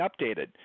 updated